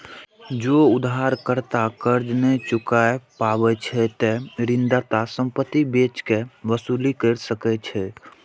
जौं उधारकर्ता कर्ज नै चुकाय पाबै छै, ते ऋणदाता संपत्ति बेच कें वसूली कैर सकै छै